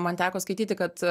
man teko skaityti kad